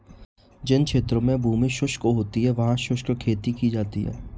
जिन क्षेत्रों में भूमि शुष्क होती है वहां शुष्क खेती की जाती है